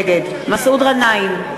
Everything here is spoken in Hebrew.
נגד מסעוד גנאים,